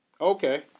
Okay